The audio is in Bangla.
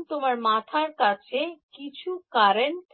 গ্রাম তোমার মাথার কাছে কিছু কারেন্ট